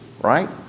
right